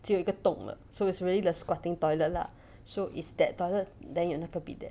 只有一个洞的 so it's really the squatting toilet lah so is that toilet then 有那个 bidet